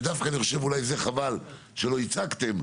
ודווקא אני חושב שאולי זה חבל שלא הצגתם,